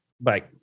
Bye